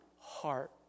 heart